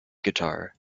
guitar